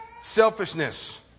selfishness